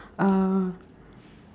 uh